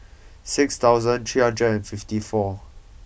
six thousand three hundred fifty four